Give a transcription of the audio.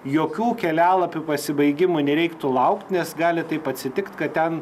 jokių kelialapių pasibaigimui nereiktų laukt nes gali taip atsitikt kad ten